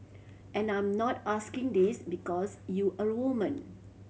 and I'm not asking this because you're a woman